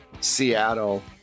Seattle